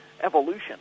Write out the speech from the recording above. evolution